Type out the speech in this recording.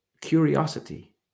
curiosity